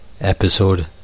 episode